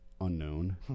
unknown